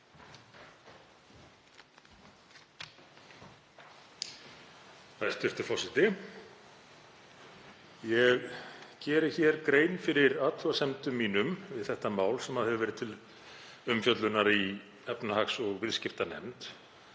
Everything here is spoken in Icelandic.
Hæstv. forseti. Ég geri hér grein fyrir athugasemdum mínum við þetta mál sem hefur verið til umfjöllunar í efnahags- og viðskiptanefnd.